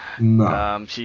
No